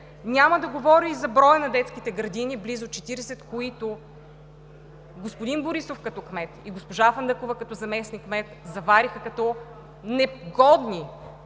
Няма да говоря и за броя на детските градини – близо 40, които господин Борисов като кмет и госпожа Фандъкова като заместник-кмет завариха като негодни